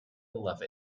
love